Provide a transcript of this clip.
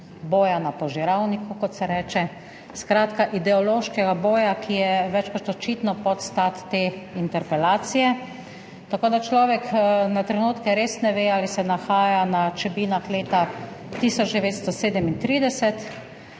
boja na požiralniku, kot se reče, skratka ideološkega boja, ki je več kot očitno podstat te interpelacije! Tako da človek na trenutke res ne ve, ali se nahaja na Čebinah leta 1937,